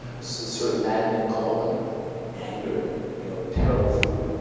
was this sort of maddening cauldron of anger and you know terrible food.